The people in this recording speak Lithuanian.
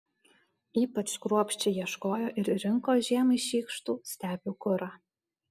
ypač kruopščiai ieškojo ir rinko žiemai šykštų stepių kurą